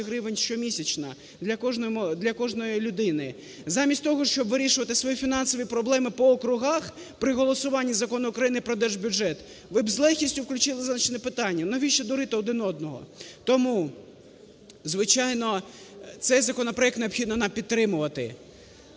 гривень щомісячно для кожної людини. Замість того, щоб вирішувати свої фінансові проблеми по округах при голосуванні Закону про держбюджет, ви б з легкістю включили зазначені питання. Навіщо дурити один одного? Тому, звичайно, цей законопроект необхідно нам підтримувати.